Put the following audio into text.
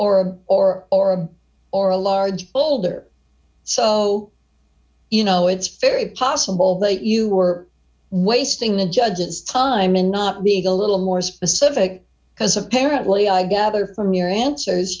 a or or a or a large boulder so you know it's very possible that you were wasting the judge's time and not need a little more specific because apparently i gather from your answers